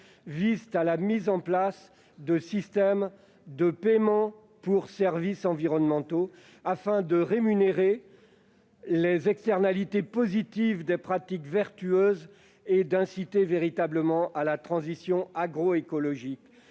visent à la mise en place de systèmes de paiements pour services environnementaux (PSE), afin de rémunérer les externalités positives des pratiques vertueuses et d'inciter véritablement les exploitants à procéder